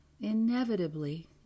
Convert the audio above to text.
inevitably